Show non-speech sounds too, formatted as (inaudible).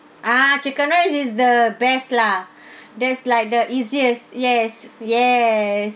ah chicken rice is the best lah (breath) that's like the easiest yes yes